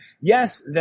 yes